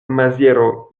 maziero